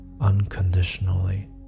unconditionally